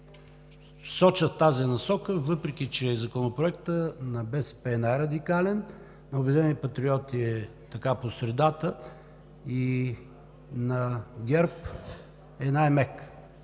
сочат тази насока, въпреки че законопроектът на БСП е най-радикален, на „Обединени патриоти“ е по средата, на ГЕРБ е най-мек.